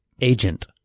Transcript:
agent